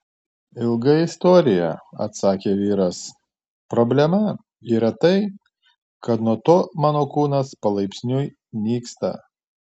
ilga istorija atsakė vyras problema yra tai kad nuo to mano kūnas palaipsniui nyksta